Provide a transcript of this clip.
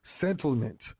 settlement